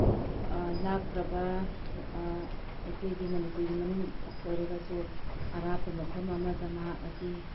ꯂꯥꯞꯈ꯭ꯔꯕ ꯑꯩꯈꯣꯏꯒꯤ ꯃꯅꯤꯄꯨꯔꯒꯤ ꯃꯅꯨꯡ ꯑꯣꯏꯔꯒꯁꯨ ꯑꯔꯥꯞꯄ ꯃꯐꯝ ꯑꯃꯗ ꯃꯍꯥꯛ ꯑꯁꯤ